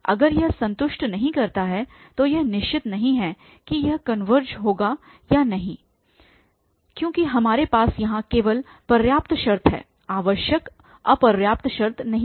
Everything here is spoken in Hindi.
अगर यह संतुष्ट नहीं करता है तो यह निश्चित नहीं है कि यह कनवर्ज होगा या नहीं होगा क्योंकि हमारे पास यहाँ केवल पर्याप्त शर्त है आवश्यक अपर्याप्त शर्त नहीं है